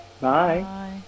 bye